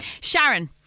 Sharon